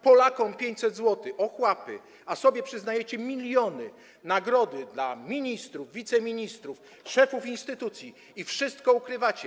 Polakom 500 zł, ochłapy, a sobie przyznajecie miliony - nagrody dla ministrów, wiceministrów, szefów instytucji i wszystko ukrywacie.